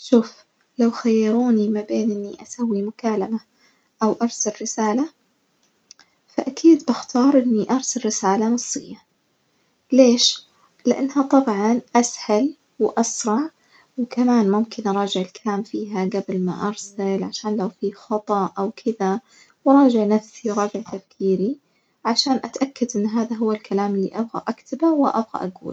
شوف، لو خيروني ما بين إني أسوي مكالمة أوأرسل رسالة، فأكيد بختار إني أرسل رسالة نصية، ليش؟ لإنها طبعًا أسهل وأسرع وكمان ممكن أراجع الكلام فيها جبل ما أرسل عشان لو فيه خطأ أو كدة وأراجع نفسي وأراجع تفكيري عشان أتأكد إن هذا هو الكلام الأبغى أكتبه وأبغي أقوله.